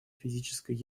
физической